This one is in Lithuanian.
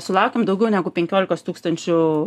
sulaukiam daugiau negu penkiolikos tūkstančių